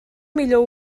millor